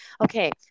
Okay